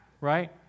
Right